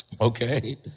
Okay